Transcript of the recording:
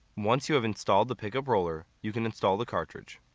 once you have installed the pickup roller, you can install the cartridge.